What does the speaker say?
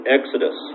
Exodus